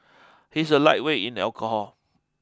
he is a lightweight in alcohol